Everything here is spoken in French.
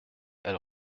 elle